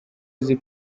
azi